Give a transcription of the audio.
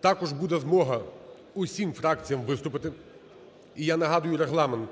Також буде змога всім фракціям виступити. І я нагадую Регламент: